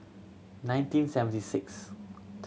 nineteen seventy sixth